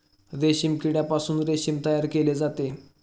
रेशीम किड्यापासून रेशीम तयार केले जाते